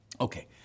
Okay